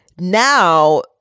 Now